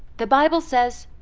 the bible says,